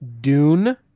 Dune